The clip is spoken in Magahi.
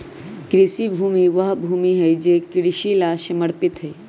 कृषि भूमि वह भूमि हई जो कृषि ला समर्पित हई